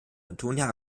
antonia